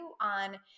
on